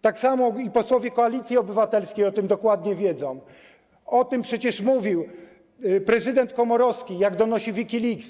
Tak samo posłowie Koalicji Obywatelskiej o tym dokładnie wiedzą, o tym przecież mówił prezydent Komorowski, który, jak donosi WikiLeaks,